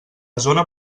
zona